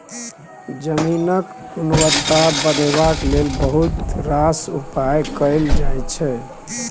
जमीनक गुणवत्ता बढ़ेबाक लेल बहुत रास उपाय कएल जाइ छै